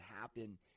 happen